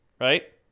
right